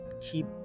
keep